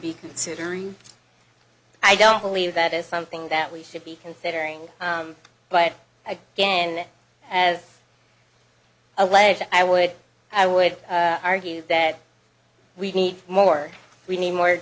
be considering i don't believe that is something that we should be considering but again as alleged i would i would argue that we need more we need more